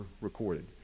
recorded